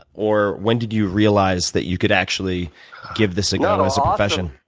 or when did you realize that you could actually give this a go as a profession?